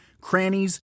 crannies